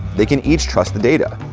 they can each trust the data.